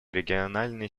региональной